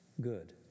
good